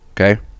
Okay